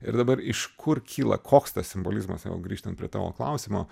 ir dabar iš kur kyla koks tas simbolizmas jeigu grįžtant prie tavo klausimo